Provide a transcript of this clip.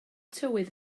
tywydd